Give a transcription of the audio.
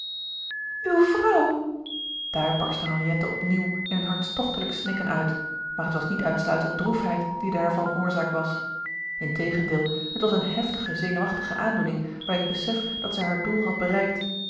uw vrouw daar barstte henriette op nieuw in een hartstochtelijk snikken uit maar het was niet uitsluitend droefheid die daarvan oorzaak was integendeel het was eene heftige zenuwachtige aandoening bij het besef dat zij haar doel had bereikt